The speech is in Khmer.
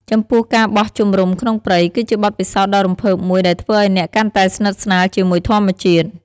ចំពោះការបោះជំរុំក្នុងព្រៃ គឺជាបទពិសោធន៍ដ៏រំភើបមួយដែលធ្វើឲ្យអ្នកកាន់តែស្និទ្ធស្នាលជាមួយធម្មជាតិ។